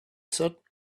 thought